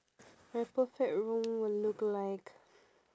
my perfect room will look like